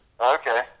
Okay